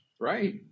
Right